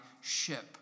ship